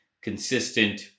consistent